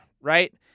right